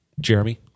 Jeremy